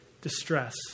distress